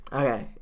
okay